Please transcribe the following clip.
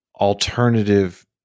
alternative